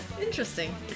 Interesting